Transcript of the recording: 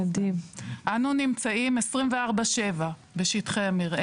לימור סון הר מלך